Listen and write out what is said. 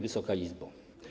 Wysoka Izbo!